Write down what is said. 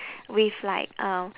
with like um